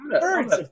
Birds